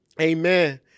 Amen